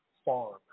farm